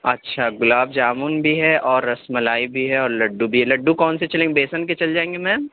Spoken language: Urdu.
اچھا گلاب جامن بھی ہے اور رس ملائی بھی ہے اور لڈو بھی ہے لڈو کون سے چلیں گے بیسن کے چل جائیں گے میم